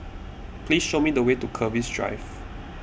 please show me the way to Keris Drive